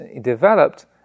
developed